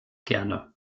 gerne